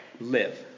live